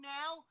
now